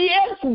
Yes